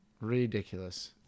Ridiculous